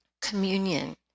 communion